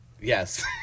Yes